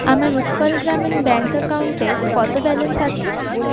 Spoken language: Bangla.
আমার উৎকল গ্রামীণ ব্যাঙ্ক অ্যাকাউন্টে কত ব্যালেন্স আছে